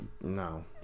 no